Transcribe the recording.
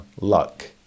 luck